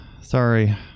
Sorry